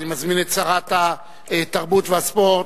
אני מזמין את שרת התרבות והספורט.